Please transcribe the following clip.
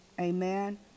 Amen